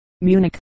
Munich